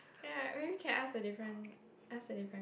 ya really can ask a different ask a different